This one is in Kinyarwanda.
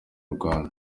rwanda